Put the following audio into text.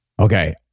Okay